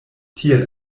tiel